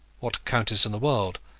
what countess in the world,